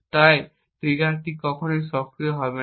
এবং তাই ট্রিগারটি কখনই সক্রিয় হবে না